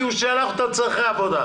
כי הוא שלח אותו לצרכי עבודה.